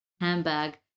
handbag